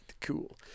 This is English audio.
cool